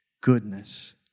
goodness